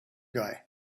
guy